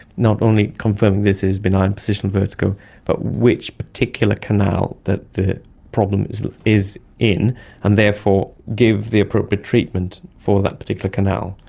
not only confirming this is benign positional vertigo but which particular canal that the problem is is in and therefore give the appropriate treatment for that particular canal.